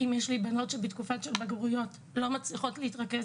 הבנות שלי שבתקופה של בגרויות לא מצליחות להתרכז